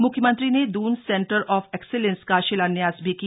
मुख्यमंत्री ने Doon centre of excellence का शिलान्यास भी किया